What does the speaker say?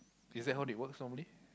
is that how they works normally